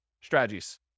strategies